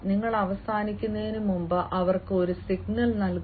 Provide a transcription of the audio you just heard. നിങ്ങൾ അവസാനിക്കുന്നതിനുമുമ്പ് അവർക്ക് ഒരു സിഗ്നൽ നൽകുക